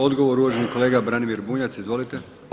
Odgovor uvaženi kolega Branimir Bunjac, izvolite.